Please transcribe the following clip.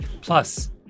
Plus